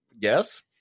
yes